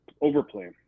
overplay